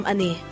Ani